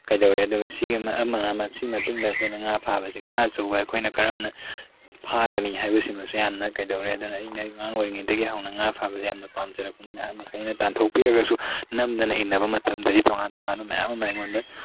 ꯀꯩꯗꯧꯔꯦ ꯑꯗꯨꯒ ꯁꯤ ꯁꯤꯒꯤ ꯃꯇꯨꯡꯗ ꯑꯩꯈꯣꯏꯅ ꯉꯥ ꯐꯥꯕꯁꯤ ꯉꯥ ꯑꯆꯧꯕ ꯑꯩꯈꯣꯏꯅ ꯀꯔꯝꯅ ꯐꯥꯒꯅꯤ ꯍꯥꯏꯕꯁꯤꯃꯁꯨ ꯌꯥꯝꯅ ꯀꯩꯗꯧꯔꯦ ꯑꯗꯨꯅ ꯑꯩꯅ ꯑꯉꯥꯡ ꯑꯣꯏꯔꯤꯉꯩꯗꯒꯤ ꯍꯧꯅ ꯉꯥ ꯐꯥꯕꯁꯦ ꯌꯥꯝꯅ ꯄꯥꯝꯖꯔꯛꯄꯅꯤꯅ ꯑꯍꯟ ꯃꯈꯩꯅ ꯇꯥꯟꯊꯣꯛꯄꯤꯔꯒꯁꯨ ꯅꯝꯗꯅ ꯏꯟꯅꯕ ꯃꯇꯝꯗꯗꯤ ꯇꯣꯉꯥꯟ ꯇꯣꯉꯥꯟꯕ ꯃꯌꯥꯥꯝ ꯑꯃ ꯑꯩꯉꯣꯟꯗ